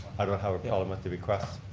i don't have a problem with the requests.